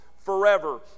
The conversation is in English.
forever